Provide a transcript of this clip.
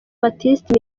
baptiste